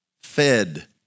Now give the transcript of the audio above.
fed